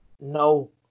no